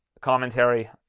commentary